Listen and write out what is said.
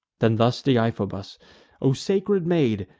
then thus deiphobus o sacred maid,